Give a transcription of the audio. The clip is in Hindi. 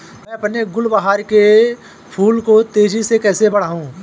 मैं अपने गुलवहार के फूल को तेजी से कैसे बढाऊं?